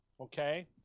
Okay